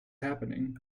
happening